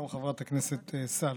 שלום, חברת הכנסת סאלח.